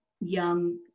young